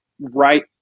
Right